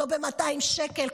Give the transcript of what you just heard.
לא ב-200 שקל.